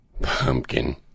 Pumpkin